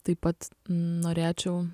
taip pat norėčiau